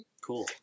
Cool